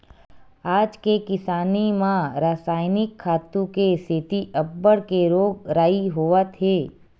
आज के किसानी म रसायनिक खातू के सेती अब्बड़ के रोग राई होवत हे